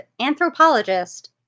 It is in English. anthropologist